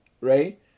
right